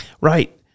Right